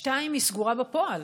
ושנית היא סגורה בפועל.